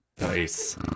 Nice